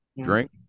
drink